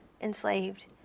enslaved